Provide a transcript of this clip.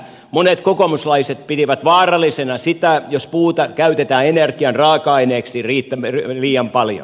monet kokoomuslaiset pitivät vaarallisena sitä jos puuta käytetään energian raaka aineeksi liian paljon